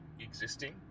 existing